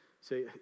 Say